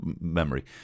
memory